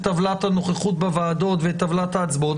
טבלת הנוכחות בוועדות ואת טבלת ההצבעות,